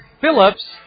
Phillips